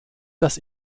dass